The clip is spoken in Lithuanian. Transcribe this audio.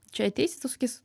čia ateisi tau sakys